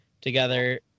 together